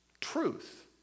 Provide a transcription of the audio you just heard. truth